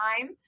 time